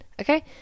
okay